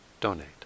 donate